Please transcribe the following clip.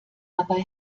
dabei